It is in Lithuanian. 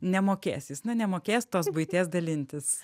nemokės jis nu nemokės tos buities dalintis